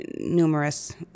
numerous